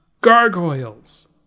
Gargoyles